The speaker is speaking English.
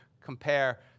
compare